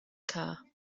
car